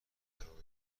ماندگاری